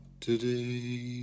today